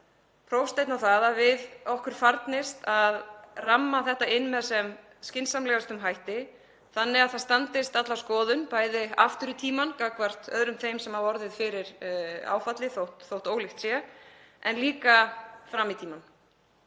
prófsteinn á það að okkur farnist að ramma þetta inn með sem skynsamlegustum hætti þannig að það standist alla skoðun, bæði aftur í tímann gagnvart öðrum þeim sem hafa orðið fyrir áfalli, þótt ólíkt sé, en líka fram í tímann,